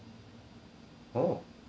oh